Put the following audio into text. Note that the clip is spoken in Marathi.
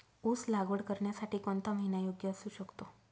ऊस लागवड करण्यासाठी कोणता महिना योग्य असू शकतो?